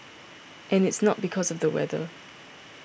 and it's not because of the weather